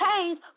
change